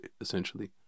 essentially